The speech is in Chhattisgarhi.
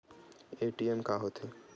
ए.टी.एम का होथे?